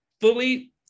fully